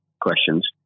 questions